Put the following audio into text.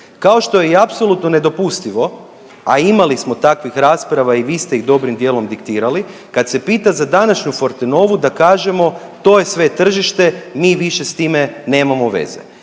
Kao što je i apsolutno nedopustivo, a imali smo takvih rasprava i vi ste ih dobrim dijelom diktirali, kad se pita za današnju Fortenovu da kažemo, to je sve tržište, mi više s time nemamo veze.